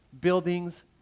buildings